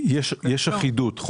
יש אחידות.